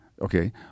Okay